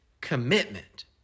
commitment